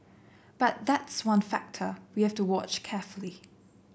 but that's one factor we have to watch carefully